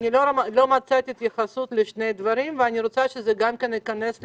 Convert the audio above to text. לא מצאתי התייחסות לשני דברים ואני רוצה שהם גם כן ייכנסו